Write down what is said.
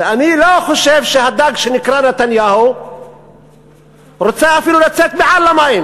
ואני לא חושב שהדג שנקרא נתניהו רוצה אפילו לצאת מעל המים.